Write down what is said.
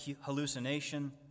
hallucination